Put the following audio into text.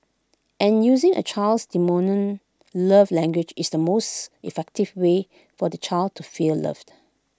and using A child's love language is the most effective way for the child to feel loved